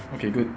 okay good